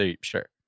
Sure